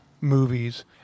movies